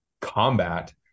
combat